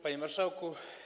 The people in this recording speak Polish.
Panie Marszałku!